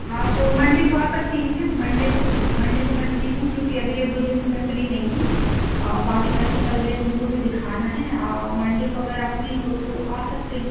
आप मंडे को आ सकती हैं क्या मंडे को मंडे को मैं फ्री हूँ क्योंकि अभी एक दो दिन तो मैं फ्री नहीं हूँ बाकि कस्टमर भी हैं तो उनको भी दिखाना है मंडे को अगर आप फ्री हो तो आ सकते हैं